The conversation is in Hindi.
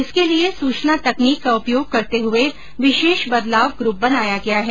इसके लिए सूचना तकनीक का उपयोग करते हुए विशेष बदलाव ग्रूप बनाया गया है